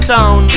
Town